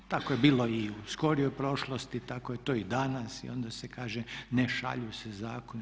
Tako je bilo i u skorijoj prošlosti, tako je to i danas i onda se kaže ne šalju se zakoni.